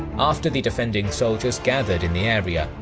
after the defending soldiers gathered in the area,